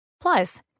Plus